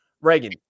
Reagan